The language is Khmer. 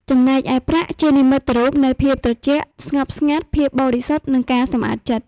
ចំណែកឯ ប្រាក់ ជានិមិត្តរូបនៃភាពត្រជាក់ស្ងប់ស្ងាត់ ភាពបរិសុទ្ធ និងការសម្អាតចិត្ត។